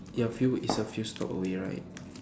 ya a few it's a few stop away right